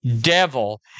devil